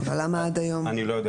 אבל למה עד היום לא?